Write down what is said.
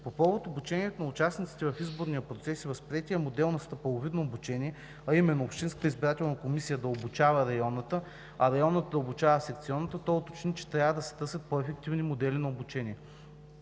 По повод обучението на участниците в изборния процес и възприетия модел на стъпаловидно обучение, а именно: общинската избирателна комисия да обучава районната, а районната да обучава секционната, той уточни, че трябва да се търсят по-ефективни модели на обучение.